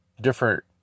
different